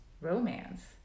romance